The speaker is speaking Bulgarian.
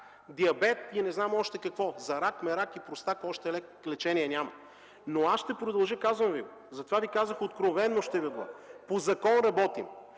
диабет и не знам още какво. За рак, мерак и простак още лечение няма! Но аз ще продължа, казвам Ви го. Затова Ви казах: откровено ще Ви отговоря.